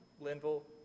Linville